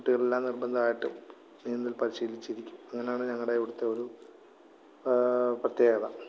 കുട്ടികളെല്ലാം നിർബന്ധമായിട്ടും നീന്തൽ പരിശീലിച്ചിരിക്കും അങ്ങനെയാണ് ഞങ്ങളുടെ ഇവിടുത്തെ ഒരു പ്രത്യേകത